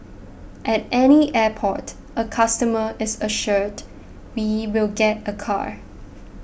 at any airport a customer is assured he will get a car